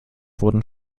wurden